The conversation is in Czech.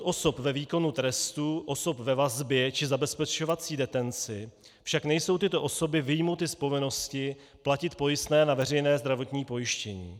Na rozdíl od osob ve výkonu trestu, osob ve vazbě či zabezpečovací detenci však nejsou tyto osoby vyjmuty z povinnosti platit pojistné na veřejné zdravotní pojištění.